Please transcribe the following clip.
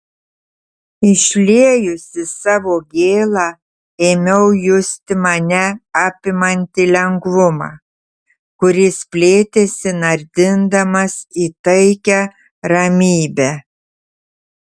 išliejusi savo gėlą ėmiau justi mane apimantį lengvumą kuris plėtėsi nardindamas į taikią ramybę